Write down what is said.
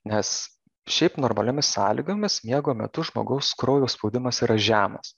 nes šiaip normaliomis sąlygomis miego metu žmogaus kraujo spaudimas yra žemas